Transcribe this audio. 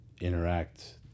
interact